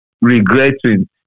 regretting